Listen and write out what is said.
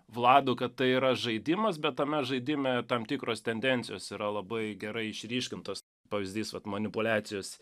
vladu kad tai yra žaidimas bet tame žaidime tam tikros tendencijos yra labai gerai išryškintos pavyzdys vat manipuliacijos